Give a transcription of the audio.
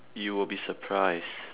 you will be surprised